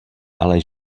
ale